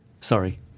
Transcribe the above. Sorry